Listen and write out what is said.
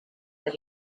that